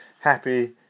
happy